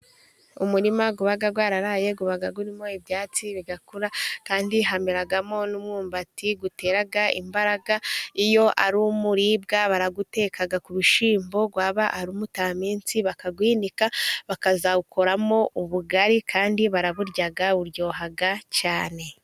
Umurima uba waraye uba urimo ibyatsi bigakura, kandi hameramo n'umwumbati utera imbaraga iyo ari umuribwa barawuteka ku bishyimbo, waba ari umutaminsi bakawinika bakazawukoramo ubugari, kandi baraburya buryoha cyane.